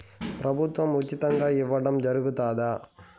ప్రభుత్వం ఉచితంగా ఇయ్యడం జరుగుతాదా?